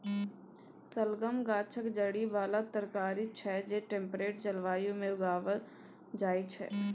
शलगम गाछक जड़ि बला तरकारी छै जे टेम्परेट जलबायु मे उगाएल जाइ छै